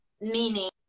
Meaning